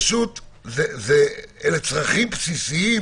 אלה צרכים בסיסיים